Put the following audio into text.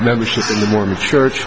membership in the mormon church